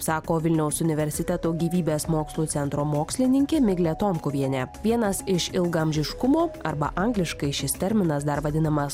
sako vilniaus universiteto gyvybės mokslų centro mokslininkė miglė tomkuvienė vienas iš ilgaamžiškumo arba angliškai šis terminas dar vadinamas